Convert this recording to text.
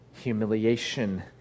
humiliation